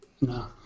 No